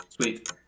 Sweet